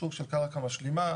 סוג של קרקע משלימה,